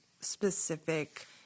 specific